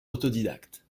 autodidacte